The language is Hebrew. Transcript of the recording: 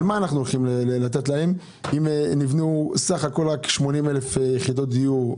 על מה אנחנו הולכים לתת להם אם בסך הכול ניבנו רק 80 אלף יחידות דיור?